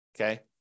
Okay